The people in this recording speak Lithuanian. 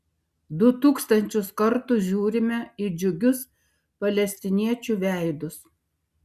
du tūkstančius kartų žiūrime į džiugius palestiniečių veidus